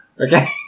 Okay